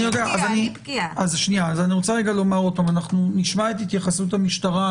------ אז אני אומר שוב נשמע את התייחסות המשטרה.